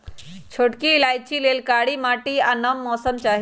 छोटकि इलाइचि लेल कारी माटि आ नम मौसम चाहि